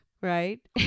right